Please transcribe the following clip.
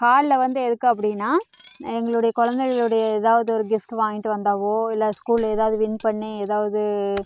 hall வந்து எதுக்கு அப்படின்னா எங்களுடைய குழந்தைகளுடைய ஏதாவது ஒரு கிஃப்ட்டு வாங்கிட்டு வந்தால் இல்லை ஸ்கூலில் ஏதாவது வின் பண்ணி ஏதாவது